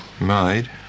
made